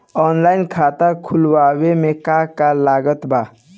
Online खाता खुलवावे मे का का लागत बा?